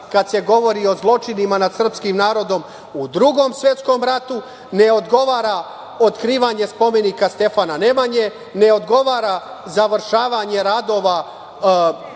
kad se govori o zločinima nad srpskim narodom u Drugom svetskom ratu, ne odgovara otkrivanje spomenika Stefanu Nemanji, ne odgovara završavanje radova